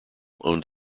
owned